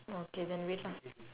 okay then wait lah